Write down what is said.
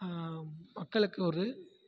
மக்களுக்கு ஒரு